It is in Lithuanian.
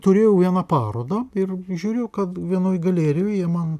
turėjau vieną parodą ir žiūrėjau kad vienoj galerijoje man